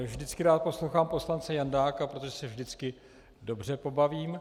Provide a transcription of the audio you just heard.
Vždycky rád poslouchám poslance Jandáka, protože se vždycky dobře pobavím.